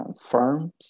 firms